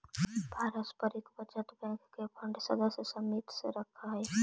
पारस्परिक बचत बैंक के फंड सदस्य समित्व से रखऽ हइ